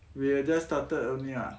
we're just started only ah